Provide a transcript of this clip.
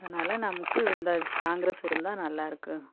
அதனால் நமக்கு இது இந்த காங்கிரஸ் இருந்தா நல்லா இருக்கும்